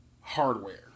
hardware